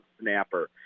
snapper